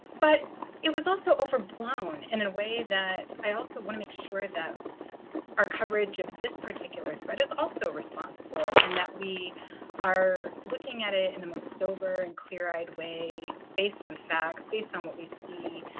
but it was also overblown and in a way that i also want to make sure that our coverage of this particular threat is also responsible and that we are looking at it in the most sober and clear eyed way, based on facts, based on what we see.